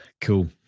Cool